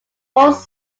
both